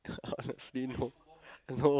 honestly no